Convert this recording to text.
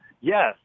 Yes